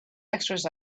extras